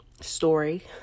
story